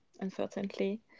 unfortunately